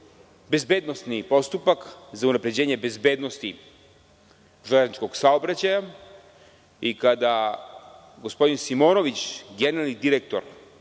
bezbednosni postupak za unapređenje bezbednosti železničkog saobraćaja i kada gospodin Simonović, generalni direktor